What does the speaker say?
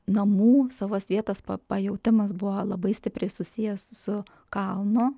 namų savas vietas pajautimas buvo labai stipriai susijęs su kalnu